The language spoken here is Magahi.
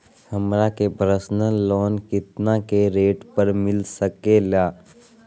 हमरा के पर्सनल लोन कितना के रेट पर मिलता सके ला?